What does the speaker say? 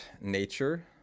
nature